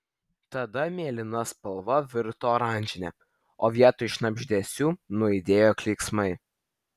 tada mėlyna spalva virto oranžine o vietoj šnabždesių nuaidėjo klyksmai